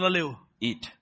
Eat